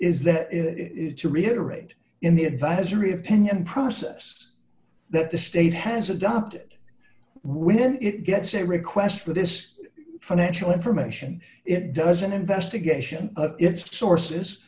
is that to reiterate in the advisory opinion process that the state has adopted when it gets a request for this financial information it does an investigation of its sources